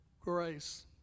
grace